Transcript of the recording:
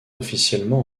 officiellement